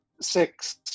six